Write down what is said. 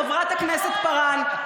חברת הכנסת פארן,